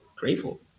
grateful